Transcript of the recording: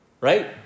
Right